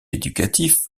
éducatifs